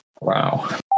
Wow